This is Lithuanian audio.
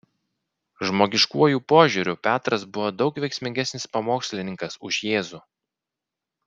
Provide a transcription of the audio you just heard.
žmogiškuoju požiūriu petras buvo daug veiksmingesnis pamokslininkas už jėzų